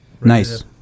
Nice